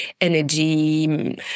energy